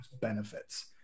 benefits